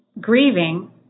grieving